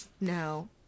No